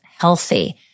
Healthy